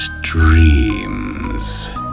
dreams